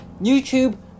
YouTube